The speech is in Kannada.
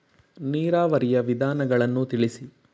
ನೀರಾವರಿಯ ವಿಧಾನಗಳನ್ನು ತಿಳಿಸಿ?